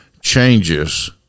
changes